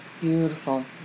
beautiful